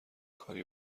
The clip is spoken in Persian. کاری